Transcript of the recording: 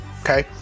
okay